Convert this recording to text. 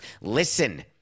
listen